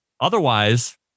Otherwise